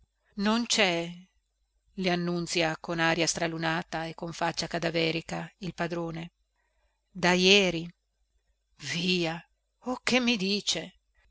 non cè le annunzia con aria stralunata e con faccia cadaverica il padrone da jeri via o che mi dice